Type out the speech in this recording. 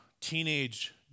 teenage